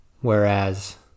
whereas